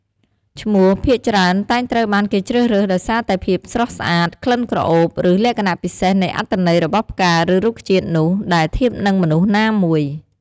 ឈ្មោះភាគច្រើនតែងត្រូវបានគេជ្រើសរើស ដោយសារតែភាពស្រស់ស្អាត ក្លិនក្រអូប ឬ លក្ខណៈពិសេសនៃអត្ថន័យរបស់ផ្កាឬរុក្ខជាតិនោះ ដែលធៀបនឹងមនុស្សណាមួយ។